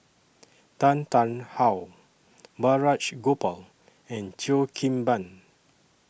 Tan Tarn How Balraj Gopal and Cheo Kim Ban